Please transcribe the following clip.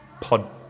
Pod